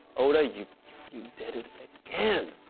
oda you you did it again!